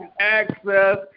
access